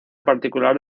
particular